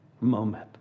moment